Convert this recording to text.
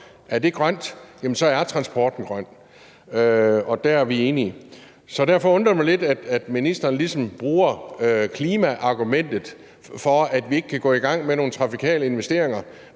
Er det grønt, er transporten grøn. Dér er vi enige. Derfor undrer det mig lidt, at ministeren ligesom bruger klimaargumentet for, at vi ikke kan gå i gang med nogle trafikale investeringer.